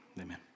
Amen